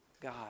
God